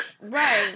Right